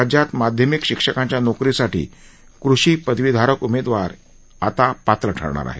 राज्यात माध्यमिक शिक्षकांच्या नोकरीसाठी कृषी पदवीधारक उमेदवार ही आता पात्र ठरणार आहेत